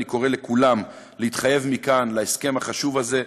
אני קורא לכולם להתחייב מכאן להסכם החשוב הזה,